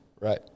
Right